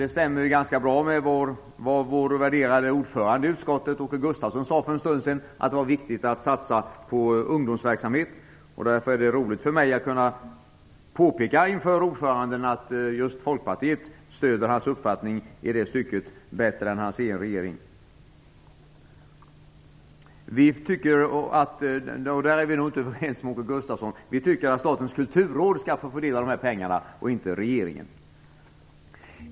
Det stämmer ganska bra med vad vår värderade ordförande i utskottet, Åke Gustavsson, sade för en stund sedan, nämligen att det var viktigt att satsa på ungdomsverksamhet. Det är roligt för mig att inför ordföranden kunna påpeka att just Folkpartiet stöder hans uppfattning i det avseendet mer än hans egen regering. Vi tycker att Statens kulturråd skall fördela dessa pengar och inte regeringen; i det fallet är vi nog inte överens med Åke Gustavsson.